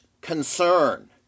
concern